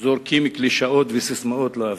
זורקים קלישאות וססמאות לאוויר,